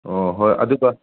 ꯑꯣ ꯍꯣꯏ ꯑꯗꯨꯒ